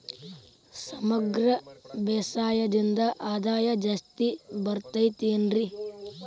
ಸಮಗ್ರ ಬೇಸಾಯದಿಂದ ಆದಾಯ ಜಾಸ್ತಿ ಬರತೈತೇನ್ರಿ?